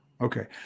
okay